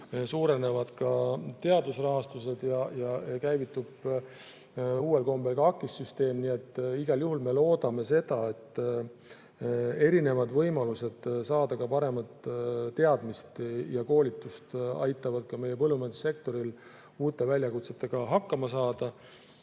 suurenevad ka teadusrahastused ja käivitub uuel kombel ka AKIS-süsteem. Nii et igal juhul me loodame, et erinevad võimalused saada paremaid teadmisi ja paremat koolitust aitavad meie põllumajandussektoril uute väljakutsetega hakkama saada.